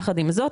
עם זאת,